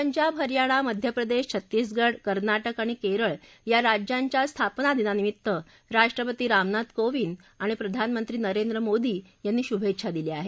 पंजाब हरयाणा मध्य प्रदेश छत्तीसगड कर्ना क्रि आणि केरळ या राज्याच्या स्थापना दिनानिमित्त राष्ट्रपती रामनाथ कोविंद आणि प्रधानमंत्री नरेंद्र मोदी यांनी शुभेच्छा दिल्या आहेत